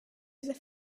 dieser